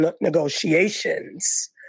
negotiations